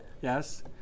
Yes